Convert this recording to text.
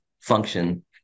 function